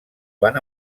van